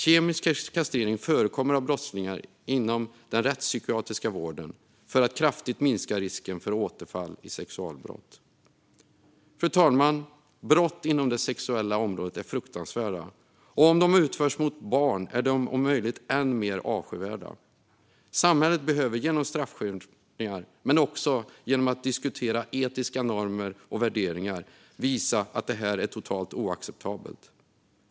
Kemisk kastrering av brottslingar förekommer inom den rättspsykiatriska vården för att kraftigt minska risken för återfall i sexualbrott. Fru talman! Brott inom det sexuella området är fruktansvärda. Om de utförs mot barn är de om möjligt än mer avskyvärda. Samhället behöver genom straffskärpningar, men också genom att diskutera etiska normer och värderingar, visa att detta är totalt oacceptabelt.